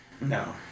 No